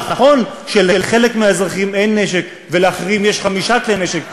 נכון שלחלק מהאזרחים אין נשק ולאחרים יש חמישה כלי נשק,